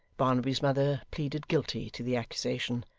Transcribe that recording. barnaby's mother pleaded guilty to the accusation,